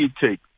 take